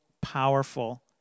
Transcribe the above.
powerful